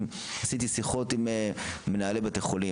עשיתי שיחות עם מנהלי בתי חולים,